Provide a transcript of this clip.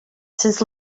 since